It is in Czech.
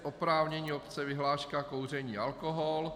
Oprávnění obce vyhláška kouření, alkohol.